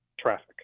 traffic